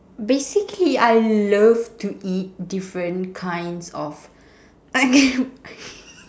basically I love to eat different kinds of I can